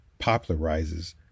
popularizes